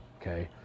okay